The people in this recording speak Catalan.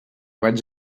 vaig